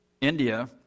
India